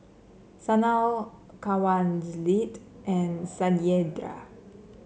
Sanal Kanwaljit and Satyendra